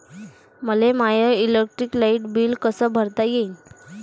मले my electric light bill कस भरता येईल?